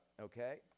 okay